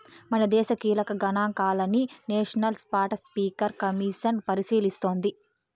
మనదేశ కీలక గనాంకాలని నేషనల్ స్పాటస్పీకర్ కమిసన్ పరిశీలిస్తోంది